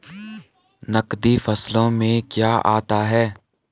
नकदी फसलों में क्या आता है?